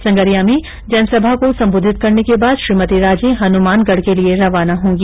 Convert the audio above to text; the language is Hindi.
संगरिया में जनसभा को संबोधित करने के बाद श्रीमती राजे हनुमानगढ़ के लिए रवाना होंगी